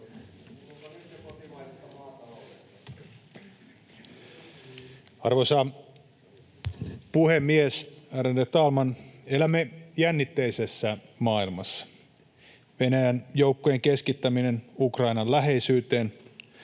Arvoisa puhemies, ärade talman! Elämme jännitteisessä maailmassa. Venäjän joukkojen keskittäminen Ukrainan läheisyyteen